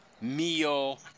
meal